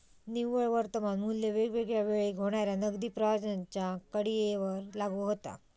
निव्वळ वर्तमान मू्ल्य वेगवेगळ्या वेळेक होणाऱ्या नगदी प्रवाहांच्या कडीयेवर लागू होता